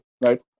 right